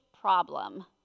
problem